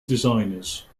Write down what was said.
designers